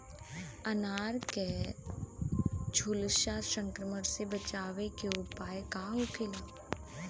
अनार के झुलसा संक्रमण से बचावे के उपाय का होखेला?